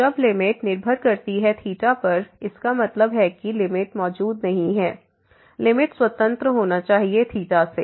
तो जब लिमिट निर्भर करती है पर इसका मतलब है कि लिमिट मौजूद नहीं है लिमिट स्वतंत्र होनी चाहिए से